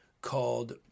called